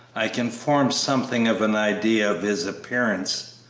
i can form something of an idea of his appearance.